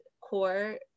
core